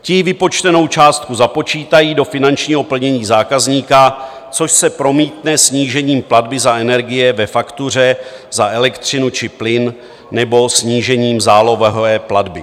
Ti vypočtenou částku započítají do finančního plnění zákazníka, což se promítne snížením platby za energie ve faktuře za elektřinu či plyn nebo snížením zálohové platby.